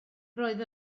roedd